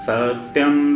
Satyam